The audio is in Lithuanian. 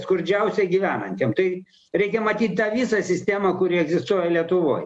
skurdžiausiai gyvenantiem tai reikia matyt tą visą sistemą kuri egzistuoja lietuvoj